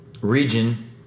region